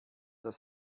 das